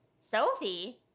Sophie